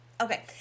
okay